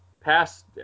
past